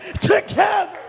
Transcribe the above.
together